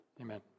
Amen